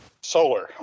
Solar